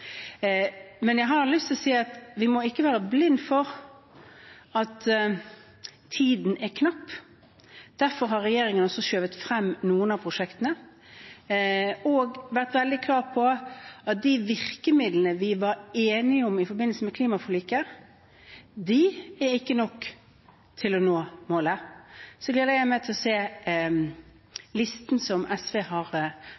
Men jeg har lyst til å si at vi ikke må være blinde for at tiden er knapp. Derfor har regjeringen også skjøvet frem noen av prosjektene og vært veldig klar på at de virkemidlene vi var enige om i forbindelse med klimaforliket, ikke er nok til å nå målet. Jeg gleder meg til å se